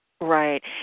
Right